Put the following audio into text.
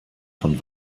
von